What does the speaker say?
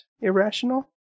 irrational